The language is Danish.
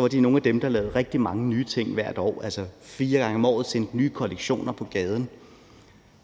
var de virkelig nogle af dem, der lavede rigtig mange nye ting hvert år, altså fire gange om året sendte de nye kollektioner på gaden.